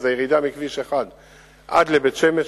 זה הירידה מכביש 1 עד לבית-שמש,